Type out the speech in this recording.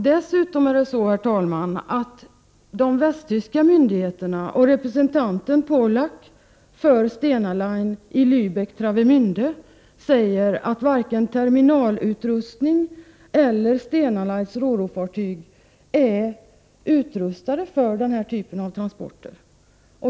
Dessutom, herr talman, är det så att de västtyska myndigheterna och representanten för Stena Line i Läbeck/Travemände, Pollak, säger att varken terminalutrustning eller Stena Lines roro-fartyg är utrustade för den här typen av transporter.